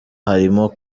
harimo